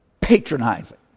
patronizing